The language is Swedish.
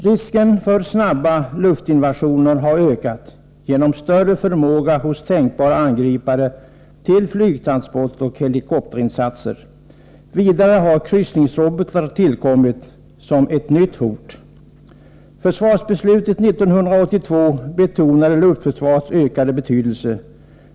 Risken för snabba luftinvasioner har ökat genom större förmåga hos tänkbara angripare till flygtransport och helikopterinsatser. Vidare har kryssningsrobotar tillkommit som ett nytt hot. Försvarsbeslutet 1982 betonade luftförsvarets ökade betydelse.